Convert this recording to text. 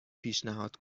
پیشنهاد